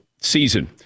season